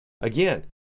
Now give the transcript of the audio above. Again